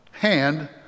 hand